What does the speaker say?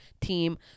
team